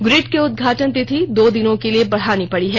grid की उद्घाटन तिथि दो दिनों के लिये बढ़ानी पड़ी है